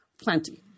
plenty